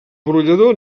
brollador